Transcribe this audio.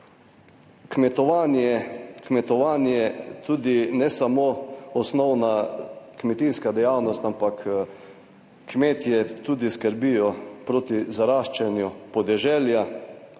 kmetovanje tudi, ne samo osnovna kmetijska dejavnost, ampak kmetje tudi skrbijo proti zaraščanju podeželja